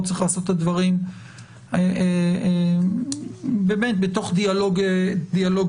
פה צריך לעשות את הדברים באמת בתוך דיאלוג איתכם,